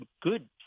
good